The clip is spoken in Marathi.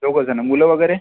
दोघं जणं मुलं वगैरे